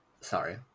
sorry